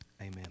amen